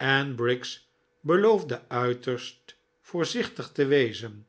en briggs beloofde uiterst voorzichtig te wezen